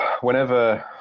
whenever